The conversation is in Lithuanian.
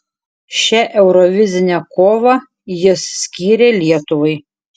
šią eurovizinę kovą jis skyrė lietuvai